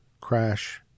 crash